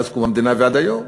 מאז קום המדינה ועד היום?